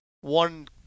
one